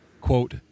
Quote